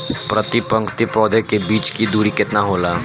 प्रति पंक्ति पौधे के बीच की दूरी केतना होला?